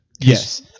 Yes